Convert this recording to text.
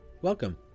Welcome